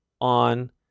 on